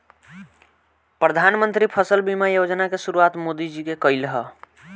प्रधानमंत्री फसल बीमा योजना के शुरुआत मोदी जी के कईल ह